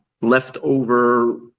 leftover